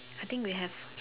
I think we have